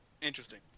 Interesting